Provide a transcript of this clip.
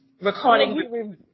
recording